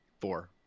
four